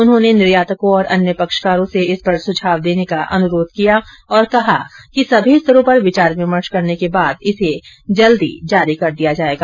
उन्होंने निर्यातकों और अन्य पक्षकारों से इसे पर सुझाव देने का अनुरोध किया और कहा कि सभी स्तरों पर विचार विमर्श करने के बाद इसे जल्दी जारी कर दिया जाएगा